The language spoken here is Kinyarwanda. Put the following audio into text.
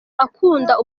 akunda